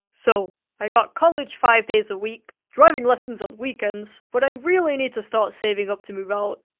so i got college five days a week driving lessons on weekends but i really need to start saving up to move out